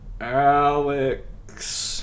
Alex